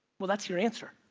well, that's your answer.